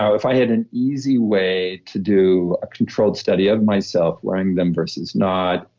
ah if i had an easy way to do a controlled study of myself wearing them versus not,